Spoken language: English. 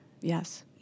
yes